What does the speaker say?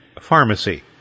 pharmacy